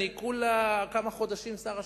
אני "כולה" כמה חודשים שר השיכון,